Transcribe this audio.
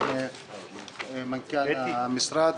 עם מנכ"ל המשרד,